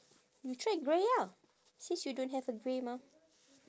you try grey ah since you don't have a grey mah